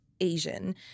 Asian